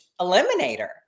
eliminator